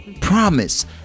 promise